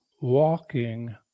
walking